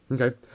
Okay